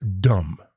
dumb